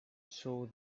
saw